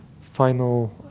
final